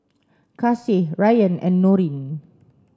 Kasih Rayyan and Nurin